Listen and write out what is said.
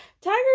Tiger